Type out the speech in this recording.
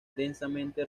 densamente